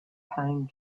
pine